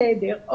בסדר.